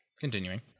Continuing